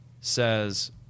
says